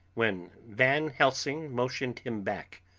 when van helsing motioned him back.